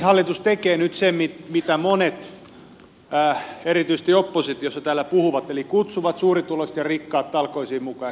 hallitus tekee nyt sen mistä monet erityisesti oppositiossa täällä puhuvat eli kutsuu suurituloiset ja rikkaat talkoisiin mukaan